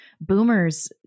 boomers